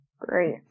Great